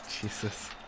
Jesus